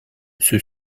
ceux